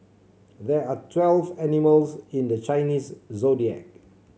there are twelve animals in the Chinese Zodiac